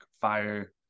fire